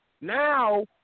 now